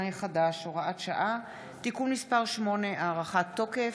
החדש (הוראת שעה) (תיקון מס' 8) (הארכת תוקף),